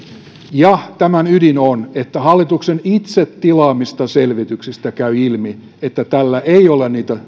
ja tämän ydin on että hallituksen itse tilaamista selvityksistä käy ilmi että tällä ei ole niitä